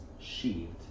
sheathed